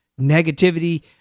negativity